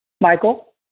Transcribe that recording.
Michael